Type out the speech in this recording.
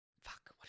Fuck